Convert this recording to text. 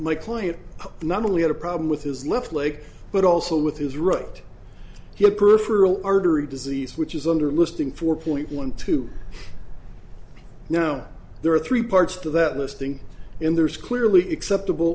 my client not only had a problem with his left leg but also with his right your peripheral artery disease which is under listing four point one two now there are three parts to that listing in there is clearly except